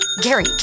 Gary